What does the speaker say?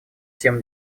всем